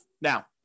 Now